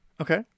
Okay